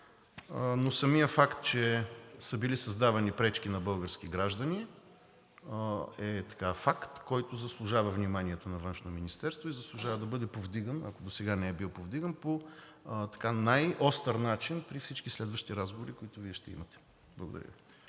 Но самият факт, че са били създавани пречки на български граждани, е факт, който заслужава вниманието на Външното министерство, и заслужава да бъде повдиган, ако досега не е бил повдиган, по най-остър начин при всички следващи разговори, които Вие ще имате. Благодаря Ви.